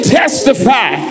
testify